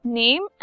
name